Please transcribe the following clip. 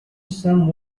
some